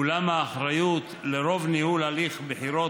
אולם האחריות לרוב ניהול הליך הבחירות